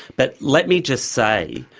but let me just say,